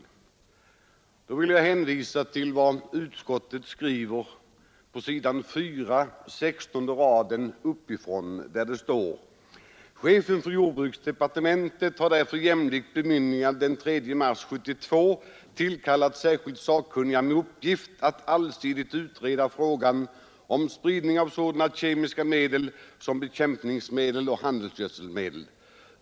Jag vill hänvisa till vad utskottet skriver på s. 4, rad 16: ”Chefen för jordbruksdepartementet har därför jämlikt bemyndigande den 3 mars 1972 tillkallat särskilda sakkunniga med uppgift att allsidigt utreda frågan om spridning av sådana kemiska medel som bekämpningsmedel och handelsgödselmedel.